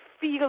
feel